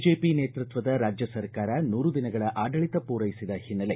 BJP ನೇತೃತ್ವದ ರಾಜ್ಯ ಸರ್ಕಾರ ನೂರು ದಿನಗಳ ಆಡಳಿತ ಪೂರೈಸಿದ ಹಿನ್ನೆಲೆ